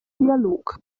dialog